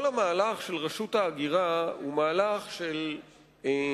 כל המהלך של רשות ההגירה הוא מהלך של טיפול